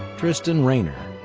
tristan rayner.